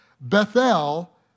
Bethel